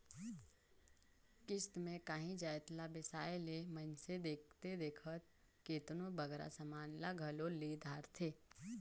किस्त में कांही जाएत ला बेसाए ले मइनसे देखथे देखत केतनों बगरा समान ल घलो ले धारथे